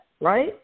right